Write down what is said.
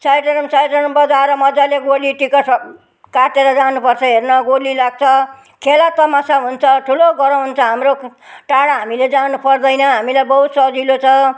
चायड्रम चायड्रम बजाएर मजाले गोली टिकट काटेर जानुपर्छ हेर्न गोली लाग्छ खेला तमासा हुन्छ ठुलो ग्राउन्ड छ हाम्रो टाढा हामीले जानु पर्दैन हामीलाई बहुत सजिलो छ